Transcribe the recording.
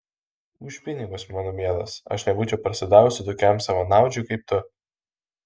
už pinigus mano mielas aš nebūčiau parsidavusi tokiam savanaudžiui kaip tu